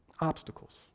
Obstacles